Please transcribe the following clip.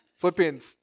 Philippians